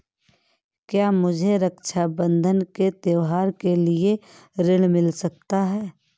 क्या मुझे रक्षाबंधन के त्योहार के लिए ऋण मिल सकता है?